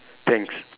thanks